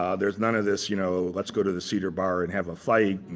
um there's none of this you know let's go to the cedar bar and have a fight,